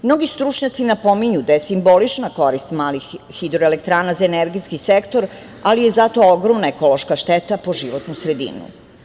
Mnogi stručnjaci napominju da je simbolična korist malih hidroelektrana za energetski sektor, ali je zato ogromna ekološka šteta po životnu sredinu.